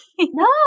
No